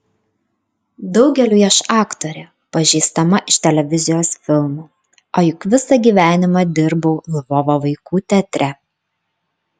daugeliui aš aktorė pažįstama iš televizijos filmų o juk visą gyvenimą dirbau lvovo vaikų teatre